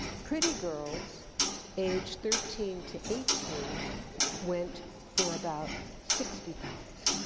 pretty girls aged thirteen to eighteen went for about sixty pounds,